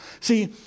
See